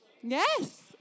Yes